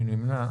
מי נמנע?